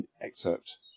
excerpt